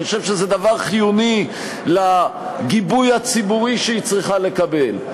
אני חושב שזה דבר חיוני לגיבוי הציבורי שהיא צריכה לקבל.